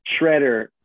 shredder